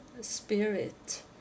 spirit